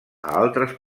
altres